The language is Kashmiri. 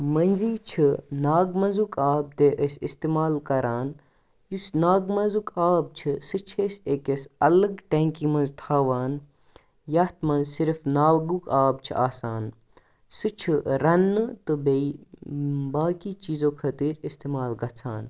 مٔنٛزی چھِ ناگہٕ منٛزُک آب تہِ أسۍ استِمال کَران یُس ناگ منٛزُک آب چھُ سُہ چھِ أسۍ أکِس الگ ٹٮ۪نٛکی منٛز تھاوان یتھ منٛز صِرف ناگُک آب چھُ آسان سُہ چھُ رننہٕ تہٕ بیٚیہِ باقٕے چیٖزو خٲطر استمال گژھان